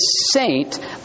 saint